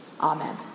Amen